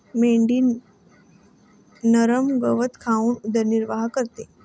मेंढी नरम गवत खाऊन उदरनिर्वाह करते